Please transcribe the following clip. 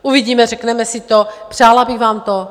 Uvidíme, řekneme si to, přála bych vám to.